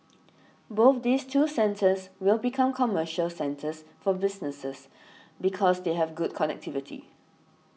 both these two centres will become commercial centres for businesses because they have good connectivity